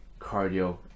cardio